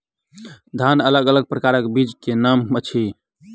धान अलग अलग प्रकारक बीज केँ की नाम अछि?